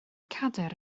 cadair